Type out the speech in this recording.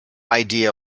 idea